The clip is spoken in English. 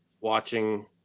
watching